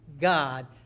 God